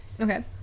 okay